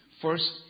First